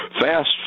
Fast